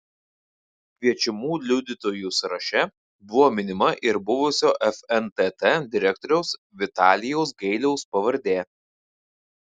kviečiamų liudytojų sąraše buvo minima ir buvusio fntt direktoriaus vitalijaus gailiaus pavardė